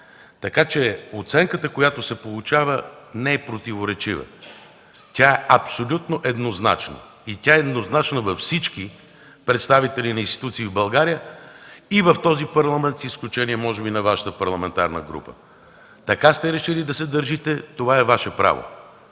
Така че оценката, която се получава, не е противоречива, тя е абсолютно еднозначна. Еднозначна е във всички представители на институции в България и в този Парламент, с изключение може би на Вашата парламентарна група. Така сте решили да се държите – това е Ваше право.